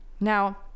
now